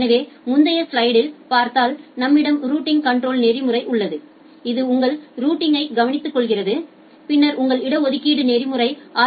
எனவே முந்தைய ஸ்லைடைப் பார்த்தால் நம்மிடம் ரூட்டிங் கன்ட்ரோல் நெறிமுறை உள்ளது இது உங்கள் ரூட்டிங்யை கவனித்துக்கொள்கிறது பின்னர் உங்கள் இட ஒதுக்கீடு நெறிமுறை ஆர்